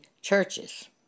churches